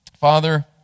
Father